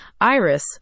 Iris